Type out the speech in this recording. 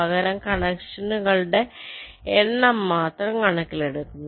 പകരം കണക്ഷനുകളുടെ എണ്ണം മാത്രം കണക്കിലെടുക്കുന്നു